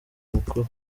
mukuru